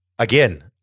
Again